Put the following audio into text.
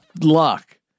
Luck